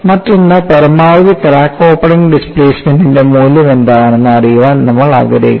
മറ്റൊന്ന് പരമാവധി crack opening ഡിസ്പ്ലേസ്മെന്റിന്റെ മൂല്യം എന്താണെന്നും അറിയാൻ നമ്മൾ ആഗ്രഹിക്കുന്നു